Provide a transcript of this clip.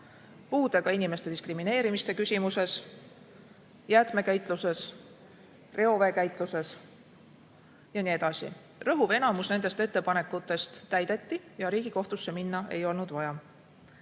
puudega inimeste diskrimineerimise küsimuses, jäätmekäitluses, reoveekäitluses ja nii edasi. Enamik nendest ettepanekutest täideti ja Riigikohtusse minna ei olnud vaja.